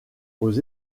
aux